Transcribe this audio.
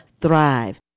Thrive